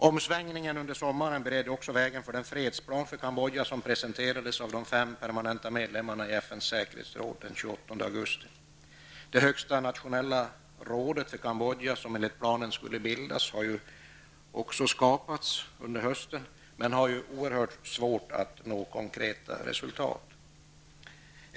Omsvängningen under sommaren beredde också vägen för den fredsplan för Kambodja som presenterades av de fem permanenta medlemmarna i FNs säkerhetsråd den Kambodja, som enligt planen skulle bildas, har också skapats under hösten men har oerhört svårt att nå konkreta resultat.